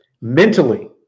Mentally